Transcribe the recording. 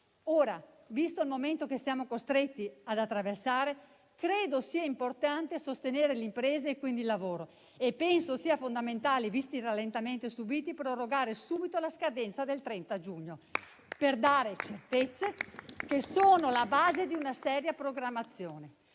Ora, visto il momento che siamo costretti ad attraversare, credo sia importante sostenere le imprese e quindi il lavoro. Penso sia fondamentale, visti i rallentamenti subiti, prorogare subito la scadenza del 30 giugno, per dare certezze, che sono la base di una seria programmazione.